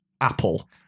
apple